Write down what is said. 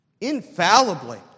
infallibly